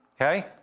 okay